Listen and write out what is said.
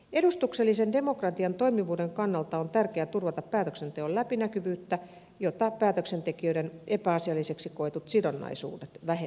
edustuksellisen demokratian toimivuuden kannalta on tärkeää turvata päätöksenteon läpinäkyvyyttä jota päätöksentekijöiden epäasialliseksi koetut sidonnaisuudet vähentävät